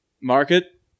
market